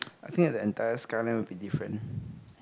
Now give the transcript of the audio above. I think that the entire skyline will be different